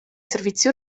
servizi